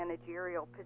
managerial